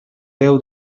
déu